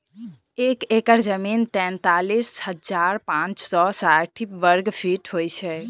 एक एकड़ जमीन तैँतालिस हजार पाँच सौ साठि वर्गफीट होइ छै